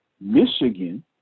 Michigan